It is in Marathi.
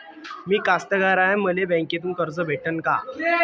मी कास्तकार हाय, मले बँकेतून कर्ज भेटन का?